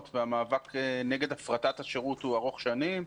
והמאבק נגד הפרטת השירות הוא ארוך שנים.